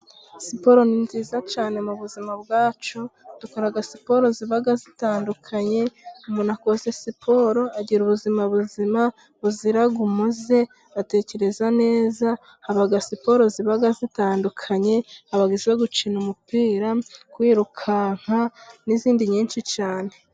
Siporo ni nziza cyane mu buzima bwacu, dukora siporo ziba zitandukanye ,umuntu wakoze siporo agira ubuzima buzima buzira umuze, atekereza neza, haba siporo ziba zitandukanye haba izo gukina umupira, kwirukanka n'izindi nyinshi cyane.